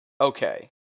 okay